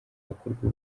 hakorwa